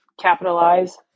capitalize